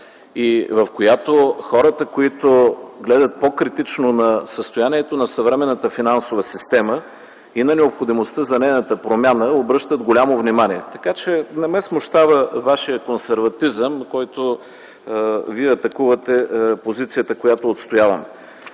в която хората, които гледат по-критично на състоянието на съвременната финансова система и на необходимостта за нейната промяна, й обръщат голямо внимание. Така, че не ме смущава Вашият консерватизъм, с който критикувате позицията, която отстоявам.